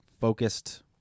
focused